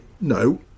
no